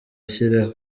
ashyira